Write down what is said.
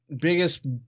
biggest